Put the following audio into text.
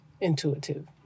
intuitive